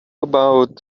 about